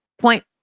Point